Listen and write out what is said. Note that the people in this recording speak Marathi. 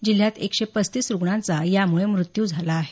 जिल्ह्यात एकशे पस्तीस रुग्णांचा यामुळे मृत्यू झाला आहे